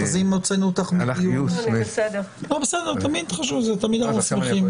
אז אם הוצאנו אותך --- אז לכן --- אתה יכול להתנגד.